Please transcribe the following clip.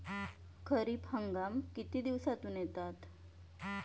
खरीप हंगाम किती दिवसातून येतात?